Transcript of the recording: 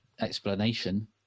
explanation